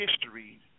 history